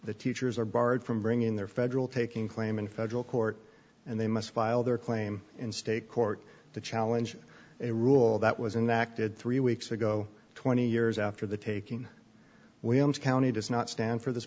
the teachers are barred from bringing their federal taking claim in federal court and they must file their claim in state court to challenge a rule that was in the acted three weeks ago twenty years after the taking williams county does not stand for this